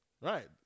Right